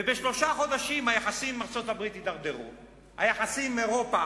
ובשלושה חודשים היחסים עם ארצות-הברית הידרדרו והיחסים עם אירופה,